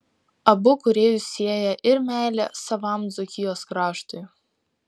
abu kūrėjus sieja ir meilė savam dzūkijos kraštui